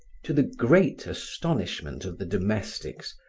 to the great astonishment of the domestics,